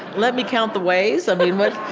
let me count the ways? i mean, but